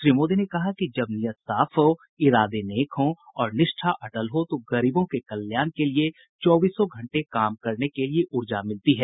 श्री मोदी ने कहा कि जब नीयत साफ हो इरादे नेक हो और निष्ठा अटल हो तो गरीबों के लिए चौबीसों घंटे काम करने के लिये ऊर्जा मिलती है